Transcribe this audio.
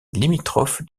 limitrophe